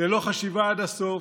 ללא חשיבה עד הסוף,